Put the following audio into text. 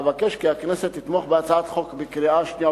אבקש כי הכנסת תתמוך בהצעת החוק בקריאה השנייה